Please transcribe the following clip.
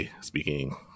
speaking